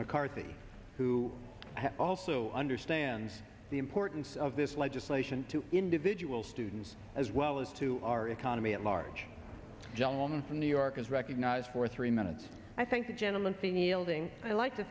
mccarthy who also understands the importance of this legislation to individual students as well as to our economy at large gentleman from new york is recognized for three minutes i thank the gentleman for yielding i'd like to